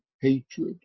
hatred